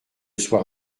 soir